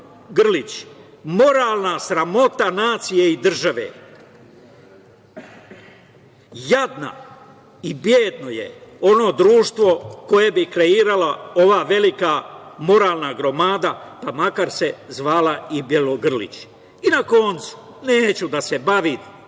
moralna sramota nacije i države. Jadno i bedno je ono društvo koje bi kreirala ova velika moralna gromada, pa makar se zvala i Bjelogrlić. Na koncu, neću da se bavim